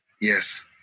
Yes